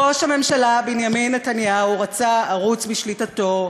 ראש הממשלה בנימין נתניהו רצה ערוץ בשליטתו,